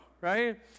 right